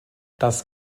das